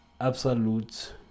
absolute